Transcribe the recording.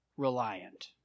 Reliant